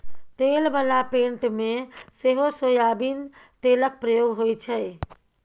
तेल बला पेंट मे सेहो सोयाबीन तेलक प्रयोग होइ छै